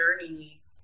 journey